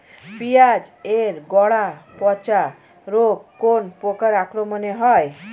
পিঁয়াজ এর গড়া পচা রোগ কোন পোকার আক্রমনে হয়?